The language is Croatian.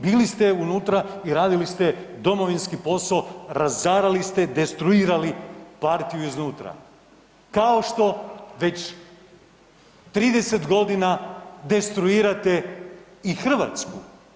Bili ste unutra i radili ste domovinski posao, razarali ste i destruirali partiju iznutra, kao što već 30.g. destruirate i Hrvatsku.